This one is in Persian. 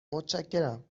متشکرم